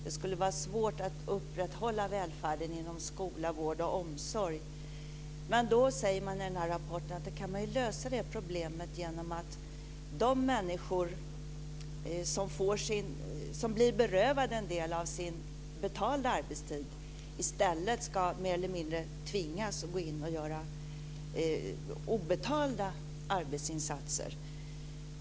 Det skulle vara svårt att upprätthålla välfärden inom skola, vård och omsorg. Men då säger man i denna rapport att man kan lösa det problemet genom att de människor som blir berövade en del av sin betalda arbetstid i stället mer eller mindre ska tvingas att gå in och göra obetalda arbetsinsatser.